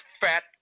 fat